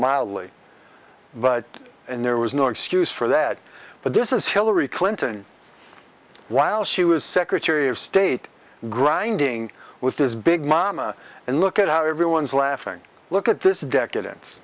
mildly but and there was no excuse for that but this is hillary clinton while she was secretary of state grinding with his big mama and look at how everyone's laughing look at this decadence